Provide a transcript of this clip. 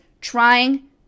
trying